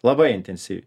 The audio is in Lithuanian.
labai intensyviai